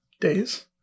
days